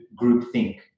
groupthink